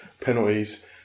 penalties